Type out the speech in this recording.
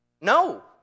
No